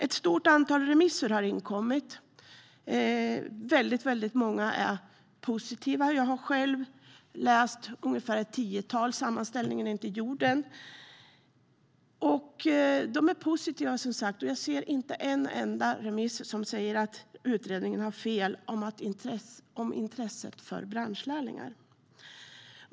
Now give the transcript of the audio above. Ett stort antal remissvar har inkommit. Väldigt många är positiva. Jag har själv läst ungefär ett tiotal. Sammanställningen är inte gjord än. Jag har inte sett ett enda remissvar som säger att utredningen har fel om intresset för branschlärlingar.